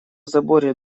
заборе